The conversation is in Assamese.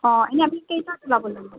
অঁ এনেই আমি কেইটাত ওলাব লাগিব